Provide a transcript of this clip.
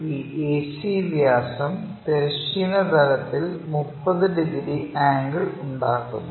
ഈ AC വ്യാസം തിരശ്ചീന തലത്തിൽ 30 ഡിഗ്രി ആംഗിൾ ഉണ്ടാക്കുന്നു